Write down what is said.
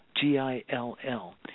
G-I-L-L